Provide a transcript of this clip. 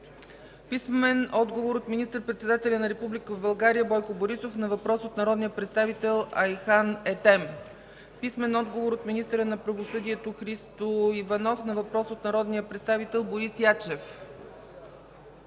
връчване от: - министър-председателя на Република България Бойко Борисов на въпрос от народния представител Айхан Етем; - министъра на правосъдието Христо Иванов на въпрос от народния представител Борис Ячев;